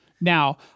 Now